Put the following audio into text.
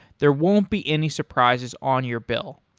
there won't be any surprises on your bill.